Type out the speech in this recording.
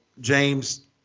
James